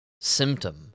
symptom